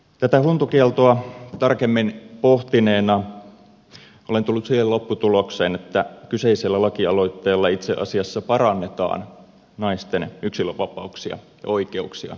tätä huntukieltoa tarkemmin pohtineena olen tullut siihen lopputulokseen että kyseisellä lakialoitteella itse asiassa parannetaan naisten yksilönvapauksia ja oikeuksia suomessa